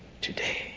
today